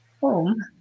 home